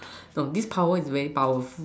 no this power is very power